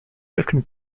jakim